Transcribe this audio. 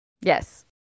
Yes